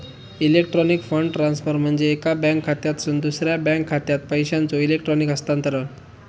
electronic fund transfer म्हणजे एका bank खात्यातसून दुसरा बँक खात्यात पैशांचो इलेक्ट्रॉनिक हस्तांतरण